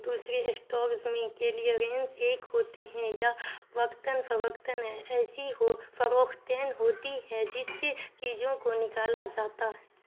دوسری اسٹوگز میں کلیئرنس ایک ہوتے ہیں یا وقتاً فوقتاً ایسی ہو فروختین ہوتی ہیں جس سے چیزوں کو نکالا جاتا ہے